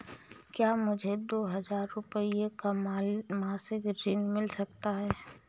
क्या मुझे दो हजार रूपए का मासिक ऋण मिल सकता है?